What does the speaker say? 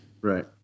Right